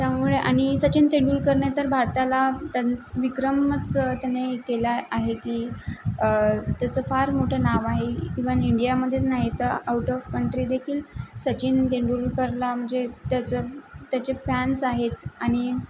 त्यामुळे आणि सचिन तेंडुलकरने तर भारताला त्यां विक्रमच त्यांनी केला आहे की त्याचं फार मोठं नाव आहे इवन इंडियामधेच नाही तर आउट ऑफ कंट्रीदेखील सचिन तेंडुलकरला म्हणजे त्याचं त्याचे फॅन्स आहेत आणि